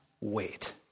wait